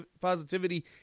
positivity